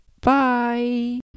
bye